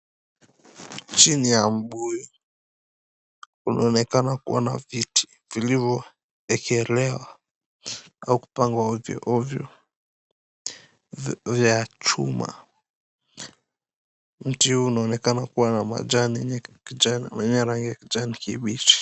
Chini ya mbuyu, unaonekana kuwa na viti vilivyoekelewa au kupangwa ovyoovyo vya chuma. Mti huu unaonekana kuwa na majani yenye rangi ya kijani kibichi.